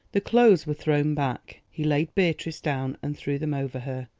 the clothes were thrown back. he laid beatrice down and threw them over her.